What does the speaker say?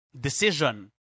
decision